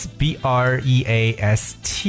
breast